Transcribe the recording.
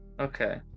Okay